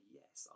yes